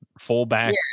fullback